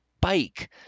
bike